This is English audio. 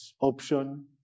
option